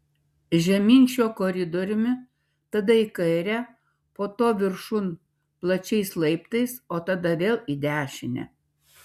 žemyn šiuo koridoriumi tada į kairę po to viršun plačiais laiptais o tada vėl į dešinę